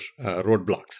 roadblocks